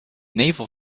naval